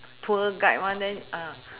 tour guide one eh ah